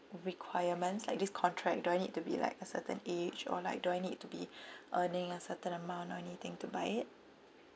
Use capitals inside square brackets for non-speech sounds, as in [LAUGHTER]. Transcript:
requirements like this contract do I need to be like a certain age or like do I need to be [BREATH] earning a certain amount or anything to buy it